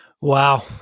Wow